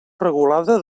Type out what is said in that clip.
regulada